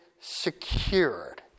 secured